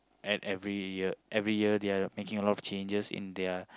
at every year every year they are making a lot of changes in their